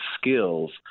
skills